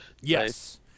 yes